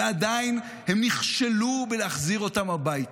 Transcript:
ועדיין הם נכשלו בלהחזיר אותם הביתה.